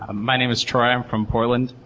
ah my name is troy. i'm from portland.